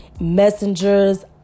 messengers